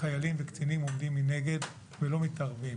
חיילים וקצינים מנגד ולא מתערבים.